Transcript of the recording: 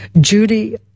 judy